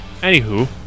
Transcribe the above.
Anywho